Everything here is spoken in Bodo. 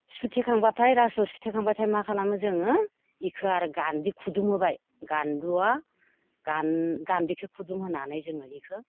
सुथेखांबाथाय रासोआव सुथेखांबाथाय मा खालामो जोङो बेखौ आरो गान्दि खुदुमहोबाय गान्दुआ गान्दिखौ खुदुमहोनानै जोङो बेखौ